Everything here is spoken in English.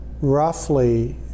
roughly